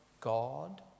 God